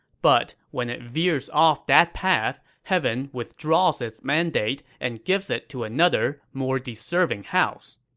but when it veers off that path, heaven withdraws its mandate and gives it to another, more deserving house.